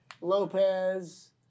Lopez